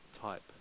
type